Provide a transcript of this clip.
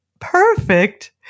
perfect